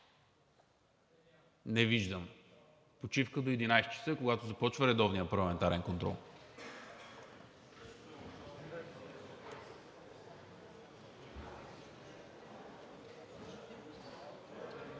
Не виждам. Почивка до 11,00 ч., когато започва редовният парламентарен контрол.